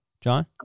John